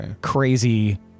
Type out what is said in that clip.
crazy